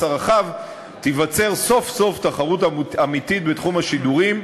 הרחב תיווצר סוף-סוף תחרות אמיתית בתחום השידורים,